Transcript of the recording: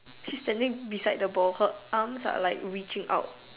she's standing beside the ball her arms are like reaching out